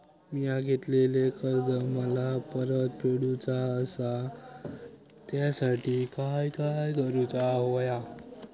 मिया घेतलेले कर्ज मला परत फेडूचा असा त्यासाठी काय काय करून होया?